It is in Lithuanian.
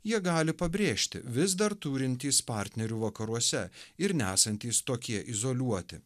jie gali pabrėžti vis dar turintys partnerių vakaruose ir nesantys tokie izoliuoti